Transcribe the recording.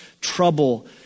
trouble